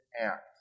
act